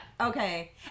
Okay